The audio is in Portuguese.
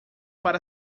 para